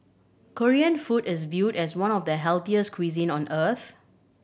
Korean food is viewed as one of the healthiest cuisine on earth